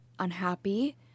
unhappy